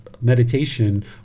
meditation